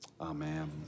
Amen